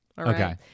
Okay